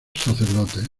sacerdotes